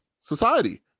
society